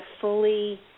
fully